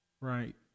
Right